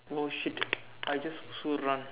oh shit I just குசு உடுறான்:kusu uduraan